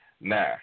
Now